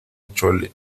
chole